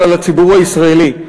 אלא לציבור הישראלי: